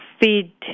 feed